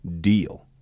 deal